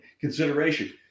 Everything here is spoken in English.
consideration